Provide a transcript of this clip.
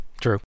True